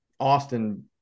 Austin